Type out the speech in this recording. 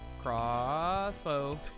Crossbow